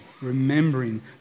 Remembering